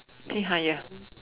pay higher